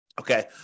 Okay